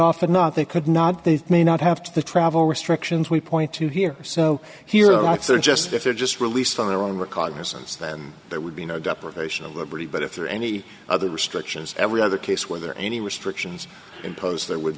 often not they could not they may not have to travel restrictions we point to here so here acts are just if they're just released on their own recognizance then there would be no deprivation of liberty but if there are any other restrictions every other case where there are any restrictions imposed there would